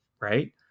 right